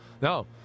No